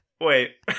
Wait